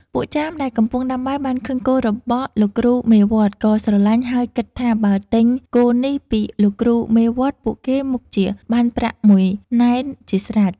ពួកចាមដែលកំពុងដាំបាយ បានឃើញគោរបស់លោកគ្រូមេវត្ត ក៏ស្រឡាញ់ហើយគិតថាបើទិញគោនេះពីលោកគ្រូមេវត្ត ពួកគេមុខជាបានប្រាក់ ១ ណែនជាស្រេច។